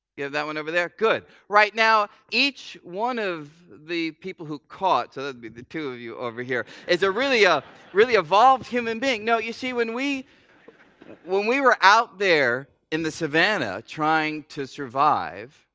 you have that one over there? good. right now, each one of the people who caught, so that would be the two of you over here, is really ah an evolved human being. now, you see, when we when we were out there in the savannah trying to survive,